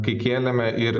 kai kėlėme ir